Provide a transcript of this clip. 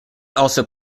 also